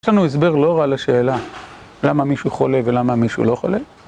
יש לנו הסבר לא רע על השאלה למה מישהו חולה ולמה מישהו לא חולה?